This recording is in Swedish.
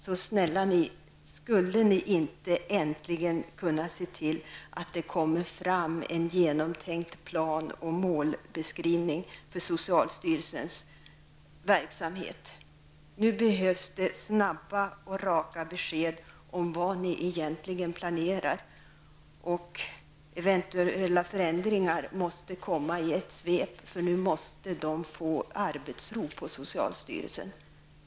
Snälla ni -- se äntligen till att det kommmer fram en genomtänkt plan och målbeskrivning för socialstyrelsens verksamhet! Ge snabba och raka besked om vad som planeras och se till att eventuella förändringar kommer i ett svep, så att man äntligen får arbetsro på socialstyrelsen.